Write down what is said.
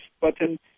button